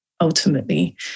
Ultimately